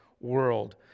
world